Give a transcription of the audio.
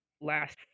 last